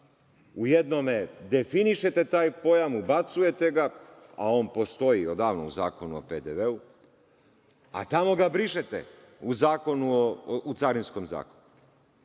u jednom definišete taj pojam, ubacujete ga, a on postoji odavno u Zakonu o PDV, a tamo ga brišete u Carinskom zakonu.